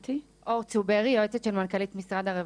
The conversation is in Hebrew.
אור צוברי, יועצת של מנכ"לית משרד הרווחה.